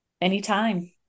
anytime